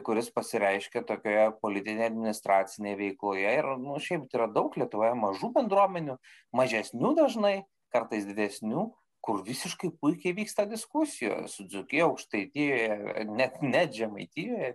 kuris pasireiškia tokioje politinėje administracinėj veikloje ir nu šiaip tai yra daug lietuvoje mažų bendruomenių mažesnių dažnai kartais didesnių kur visiškai puikiai vyksta diskusijos su dzūkija aukštaitijoje net net žemaitijoje